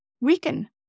weaken